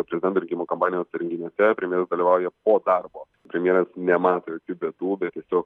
prezidento rinkimų kampanijos renginiuose premjeras dalyvauja po darbo premjeras nemato jokių bėdų bet tiesiog